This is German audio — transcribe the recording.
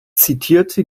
zitierte